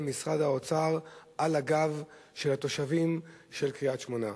משרד האוצר על הגב של התושבים של קריית-שמונה.